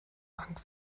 bank